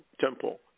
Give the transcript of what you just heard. temple